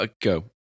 Go